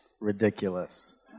ridiculous